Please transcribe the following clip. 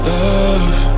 love